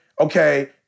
okay